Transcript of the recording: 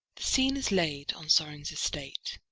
the scene is laid on sorin's estate.